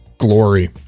glory